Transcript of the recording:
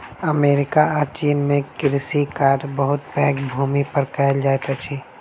America आ चीन में कृषि कार्य बहुत पैघ भूमि पर कएल जाइत अछि